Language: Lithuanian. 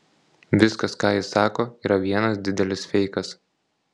viskas ką jis sako yra vienas didelis feikas